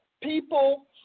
people